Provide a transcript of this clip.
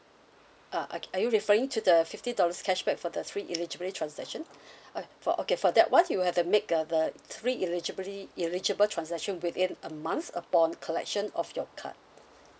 uh okay are you referring to the fifty dollars cashback for the three illegibly transaction okay for okay for that ones you have to make a the three illegibly eligible transaction within a month upon collection of your card